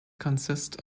consist